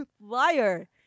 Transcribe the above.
Liar